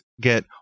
get